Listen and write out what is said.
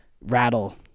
rattle